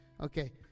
Okay